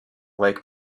lake